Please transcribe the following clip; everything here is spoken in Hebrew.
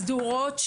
סדורות,